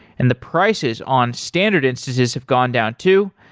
and the prices on standard instances have gone down too.